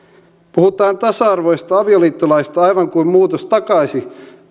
puhutaan tasa arvoisesta avioliittolaista aivan kuin muutos takaisi